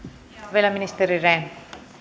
vielä ministeri rehn